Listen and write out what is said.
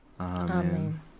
Amen